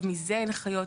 ומזה הן חיות.